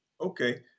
Okay